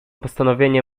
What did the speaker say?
postanowienie